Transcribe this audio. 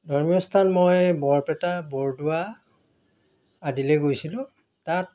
ধৰ্মীয় স্থান মই বৰপেটা বৰদোৱা আদিলৈ গৈছিলোঁ তাত